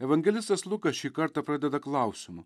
evangelistas lukas šį kartą pradeda klausimu